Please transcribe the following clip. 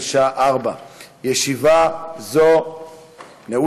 בשעה 16:00. ישיבה זו נעולה.